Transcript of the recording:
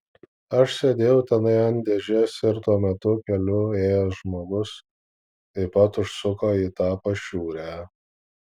aš sėdėjau tenai ant dėžės ir tuo metu keliu ėjęs žmogus taip pat užsuko į tą pašiūrę